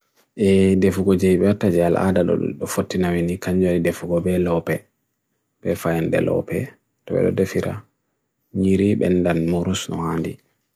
E defuku jay beott jay al ada do 14 am ini kanyuele defuku be lopy, be fayan de lopy, tobe defira. Nirib en dan Morus nuhadi.